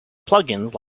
plugins